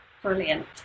brilliant